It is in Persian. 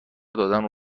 دادن